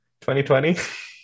2020